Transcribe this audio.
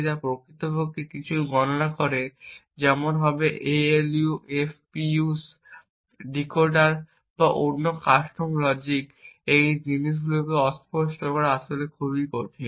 যা প্রকৃতপক্ষে কিছু গণনা করে যেমন এটি হবে ALUs FPUs ডিকোডার বা অন্য কোন কাস্টম লজিক এই জিনিসগুলিকে অস্পষ্ট করা আসলে খুব কঠিন